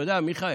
אתה יודע, מיכאל?